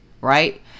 right